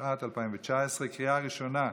התשע"ט 2019, לקריאה הראשונה,